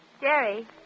Jerry